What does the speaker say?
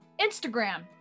Instagram